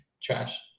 Trash